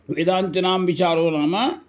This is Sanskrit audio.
वेदान्तिनां विचारो नाम